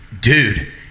dude